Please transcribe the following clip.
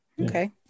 Okay